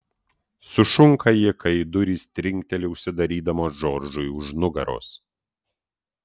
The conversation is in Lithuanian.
sušunka ji kai durys trinkteli užsidarydamos džordžui už nugaros